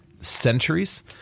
centuries